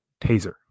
taser